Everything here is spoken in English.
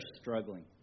struggling